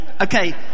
Okay